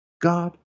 God